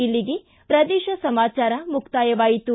ಇಲ್ಲಿಗೆ ಪ್ರದೇಶ ಸಮಾಚಾರ ಮುಕ್ತಾಯವಾಯಿತು